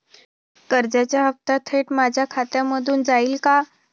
कर्जाचा हप्ता थेट माझ्या खात्यामधून जाईल का?